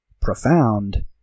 profound